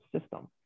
system